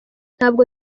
ntabwo